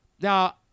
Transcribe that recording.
Now